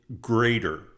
greater